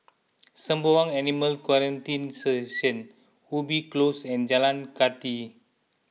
Sembawang Animal Quarantine Station Ubi Close and Jalan Kathi